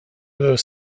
those